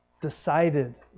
decided